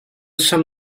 sam